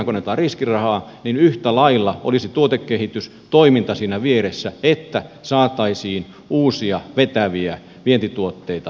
kun annetaan riskirahaa niin yhtä lailla olisi tuotekehitystoiminta siinä vieressä että saataisiin uusia vetäviä vientituotteita